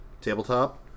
tabletop